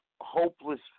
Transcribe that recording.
hopeless